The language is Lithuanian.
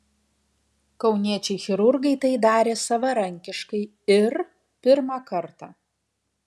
kauniečiai chirurgai tai darė savarankiškai ir pirmą kartą